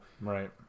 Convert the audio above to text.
Right